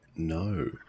No